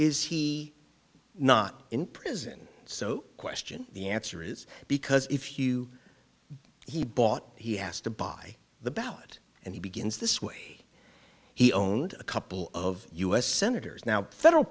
is he not in prison so question the answer is because if you he bought he asked to buy the ballot and he begins this way he owned a couple of u s senators now federal